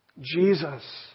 Jesus